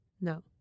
No